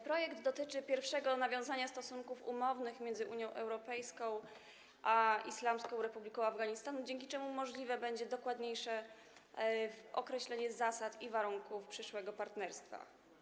Projekt dotyczy pierwszego nawiązania stosunków umownych między Unią Europejską a Islamską Republiką Afganistanu, dzięki czemu możliwe będzie dokładniejsze określenie zasad i warunków przyszłego partnerstwa.